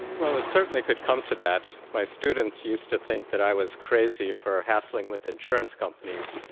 well, it certainly could come to that. my students used to think that i was crazy for hassling with insurance companies,